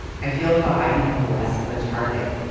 i feel how i become less of a target.